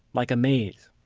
like a maze.